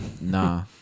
Nah